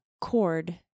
cord